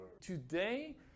Today